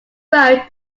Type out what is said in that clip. wrote